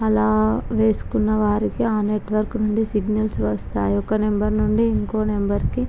అలా వేసుకున్నవారికి ఆ నెట్వర్క్ నుండి సిగ్నల్స్ వస్తాయి ఒక నెంబర్ నుండి ఇంకో నెంబర్కి